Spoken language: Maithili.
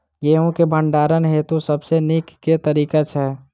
गेंहूँ केँ भण्डारण हेतु सबसँ नीक केँ तरीका छै?